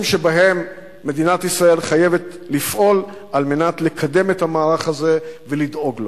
שבהם מדינת ישראל חייבת לפעול על מנת לקדם את המערך הזה ולדאוג לו.